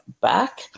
back